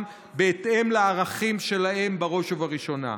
בהתאם לערכים שלהם בראש ובראשונה.